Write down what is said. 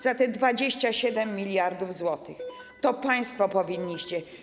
Za te 27 mld zł to państwo powinniście.